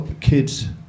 kids